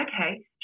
okay